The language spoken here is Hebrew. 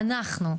אנחנו,